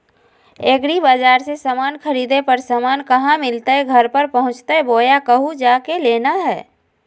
एग्रीबाजार से समान खरीदे पर समान कहा मिलतैय घर पर पहुँचतई बोया कहु जा के लेना है?